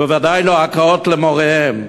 ובוודאי לא הכאת מוריהם.